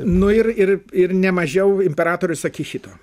nu ir ir ir nemažiau imperatorius akihito